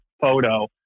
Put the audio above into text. photo